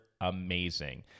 amazing